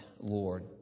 Lord